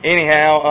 Anyhow